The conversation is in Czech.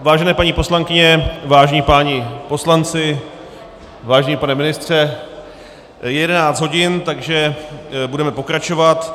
Vážené paní poslankyně, vážení páni poslanci, vážený pane ministře, je 11 hodin, takže budeme pokračovat.